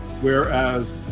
whereas